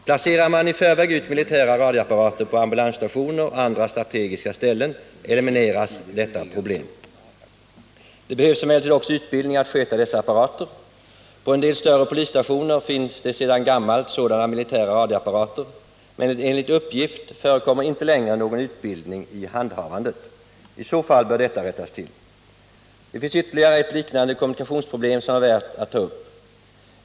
Placerar man i förväg ut militära radioapparater på ambulansstationer och andra strategiska ställen, elimineras detta problem. Det behövs emellertid också utbildning i att sköta dessa apparater. På en del större polisstationer finns det sedan gammalt sådana militära radioapparater, men enligt uppgift förekommer det inte längre någon utbildning i handhavandet av dem, och i så fall bör detta rättas till. Det finns ytterligare ett liknande kommunikationsproblem som är värt att ta upp.